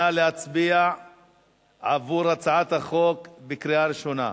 נא להצביע עבור הצעת החוק בקריאה ראשונה.